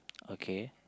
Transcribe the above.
okay